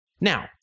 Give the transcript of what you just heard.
Now